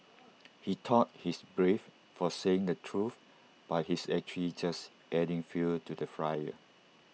he thought he's brave for saying the truth but he's actually just adding fuel to the fire